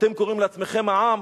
אתם קוראים לעצמכם "העם",